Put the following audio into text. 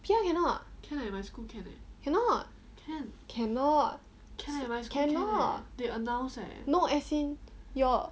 P_R cannot cannot cannot cannot no as in your